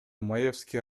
маевский